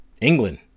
england